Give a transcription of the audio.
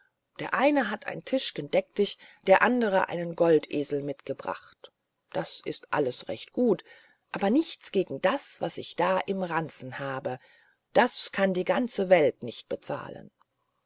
der eine hat ein tischgen deck dich der andere einen goldesel mitgebracht das ist alles recht gut aber nichts gegen das was ich da im ranzen habe das kann die ganze welt nicht bezahlen